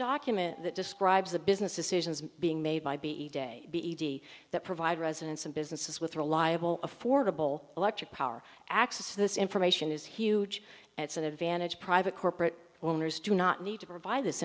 document that describes the business decisions being made by b each day that provide residents and businesses with reliable affordable electric power access this information is huge it's an advantage private corporate owners do not need to provide this